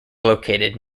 located